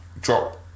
drop